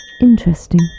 Interesting